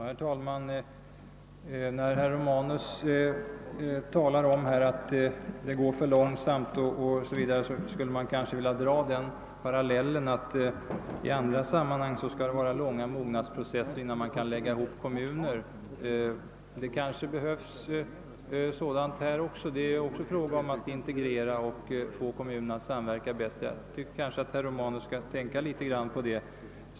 Herr talman! Herr Romanus talar om att det går för långsamt med samarbetssträvandena i stockholmsregionen. Jag skulle vilja dra en parallell: I andra sammanhang krävs det långa mognadsprocesser innan man kan lägga ihop kommuner. Det kanske behövs en sådan också i detta fall. Det är ju även här fråga om att integrera för att få kommuner att samverka bättre. Herr Romanus borde tänka litet grand på det.